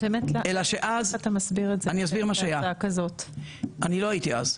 אני לא הייתי אז,